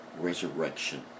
resurrection